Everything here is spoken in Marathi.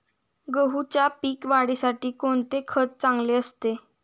गहूच्या पीक वाढीसाठी कोणते खत चांगले असते?